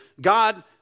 God